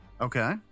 Okay